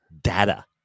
data